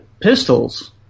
pistols